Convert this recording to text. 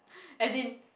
as in